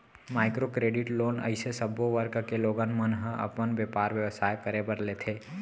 micro credit loan अइसे सब्बो वर्ग के लोगन मन ह अपन बेपार बेवसाय करे बर लेथे